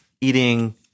eating